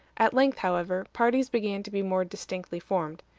at length, however, parties began to be more distinctly formed.